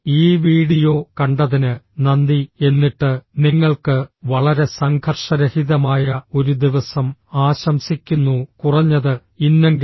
ഈ വീഡിയോ കണ്ടതിന് നന്ദി എന്നിട്ട് നിങ്ങൾക്ക് വളരെ സംഘർഷരഹിതമായ ഒരു ദിവസം ആശംസിക്കുന്നു കുറഞ്ഞത് ഇന്നെങ്കിലും